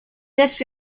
deszcz